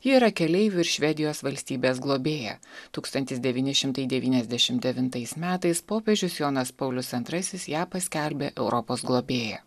ji yra keleivių ir švedijos valstybės globėja tūkstantis devyni šimtai devyniasdešim devintais metais popiežius jonas paulius antrasis ją paskelbė europos globėja